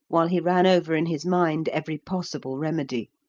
while he ran over in his mind every possible remedy.